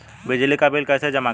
बिजली का बिल कैसे जमा करें?